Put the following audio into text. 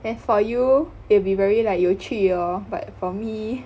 then for you it'll be very like 有趣 lor but for me